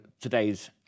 today's